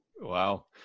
Wow